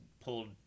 pulled